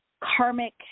karmic